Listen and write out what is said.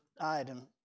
item